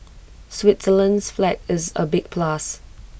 Switzerland's flag is A big plus